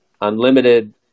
unlimited